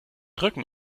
rücken